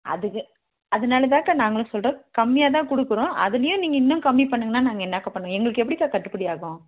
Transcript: அதுக்கு அதனாலதான்க்கா நாங்களும் சொல்கிறோம் கம்மியாகதான் கொடுக்குறோம் அதுலேயும் நீங்கள் இன்னும் கம்மி பண்ணுங்கன்னால் நாங்கள் என்னக்கா பண்ணுவோம் எங்களுக்கு எப்படிக்கா கட்டுப்படி ஆகும்